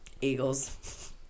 Eagles